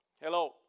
Hello